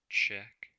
check